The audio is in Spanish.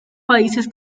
países